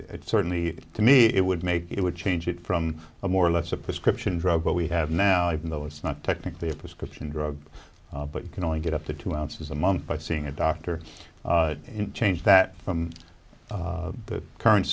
certainly to me it would make it would change it from a more or less a prescription drug what we have now even though it's not technically a prescription drug but you can only get up to two ounces a month by seeing a doctor change that from the current